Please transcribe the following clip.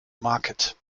market